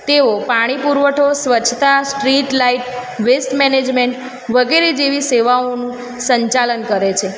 તેઓ પાણી પુરવઠો સ્વચ્છતા સ્ટ્રીટ લાઈટ વેસ્ટ મૅનેજમેન્ટ વગેરે જેવી સેવાઓનું સંચાલન કરે છે